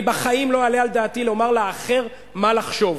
אני בחיים לא אעלה על דעתי לומר לאחר מה לחשוב.